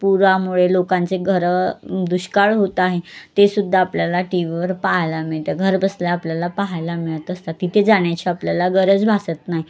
पुरामुळे लोकांचे घरं दुष्काळ होत आहे तेसुद्धा आपल्याला टी व्हीवर पाहायला मिळते घर बसल्या आपल्याला पाहायला मिळत असतात तिथे जाण्याची आपल्याला गरज भासत नाही